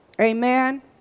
Amen